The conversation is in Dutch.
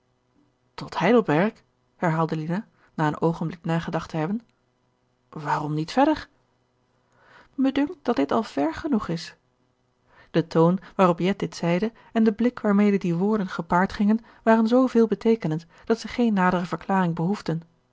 tot heidelberg herhaalde lina na een oogenblik nagedacht te hebben waarom niet verder me dunkt dat dit al ver genoeg is de toon waarop jet dit zeide en de blik waarmede die woorden gepaard gingen waren zoo veel beteekenend dat ze geen nadere verklaring behoefden